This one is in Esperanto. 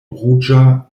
ruĝa